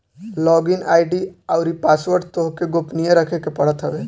log in ID अउरी password तोहके गोपनीय रखे के पड़त हवे